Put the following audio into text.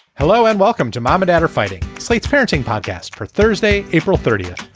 hello and welcome to mom and dad are fighting slate's parenting podcast. for thursday, april thirtieth.